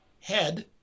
head